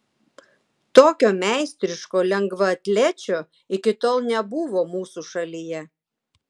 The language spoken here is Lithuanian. tokio meistriško lengvaatlečio iki tol nebuvo mūsų šalyje